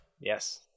Yes